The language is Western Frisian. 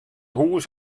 hûs